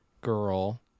girl